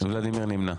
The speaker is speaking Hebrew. ולדימיר נמנע.